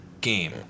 game